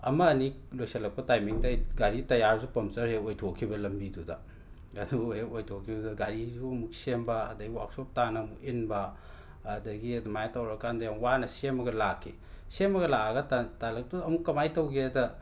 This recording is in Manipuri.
ꯑꯃ ꯑꯅꯤ ꯂꯣꯏꯁꯤꯜꯂꯛꯄ ꯇꯥꯏꯃꯤꯡꯗ ꯑꯩ ꯒꯥꯔꯤ ꯇꯌꯥꯔꯁꯨ ꯄꯝꯆꯔ ꯍꯦꯛ ꯑꯣꯏꯊꯣꯛꯈꯤꯕ ꯂꯝꯕꯤꯗꯨꯗ ꯑꯗꯨ ꯍꯦꯛ ꯑꯣꯏꯊꯣꯛꯈꯤꯕꯗꯨꯗ ꯒꯥꯔꯤꯁꯨ ꯑꯃꯨꯛ ꯁꯦꯝꯕ ꯑꯗꯩ ꯋꯥꯛꯁꯣꯞ ꯇꯥꯟꯅ ꯑꯃꯨꯛ ꯏꯟꯕ ꯑꯗꯒꯤ ꯑꯗꯨꯃꯥꯏꯅ ꯇꯧꯔꯀꯥꯟꯗ ꯌꯥꯝ ꯋꯥꯅ ꯁꯦꯝꯃꯒ ꯂꯥꯛꯈꯤ ꯁꯦꯝꯃꯒ ꯂꯥꯛꯑꯒ ꯇꯥꯂꯛꯇꯨꯗ ꯑꯃꯨꯛ ꯀꯃꯥꯏꯅ ꯇꯧꯒꯦꯗ